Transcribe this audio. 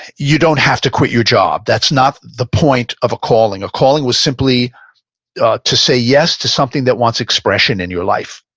you don't have to quit your job. that's not the point of a calling. a calling was simply to say yes to something that wants expression in your life.